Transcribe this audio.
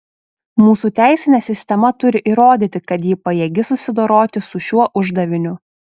mūsų teisinė sistema turi įrodyti kad ji pajėgi susidoroti su šiuo uždaviniu